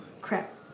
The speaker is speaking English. crap